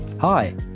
Hi